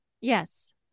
Yes